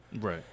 Right